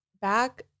back